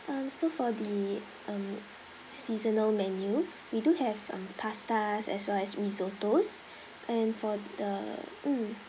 um so for the um seasonal menu we do have um pastas as well as risottos and for the mm